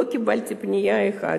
לא קיבלתי פנייה אחת.